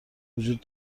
وجود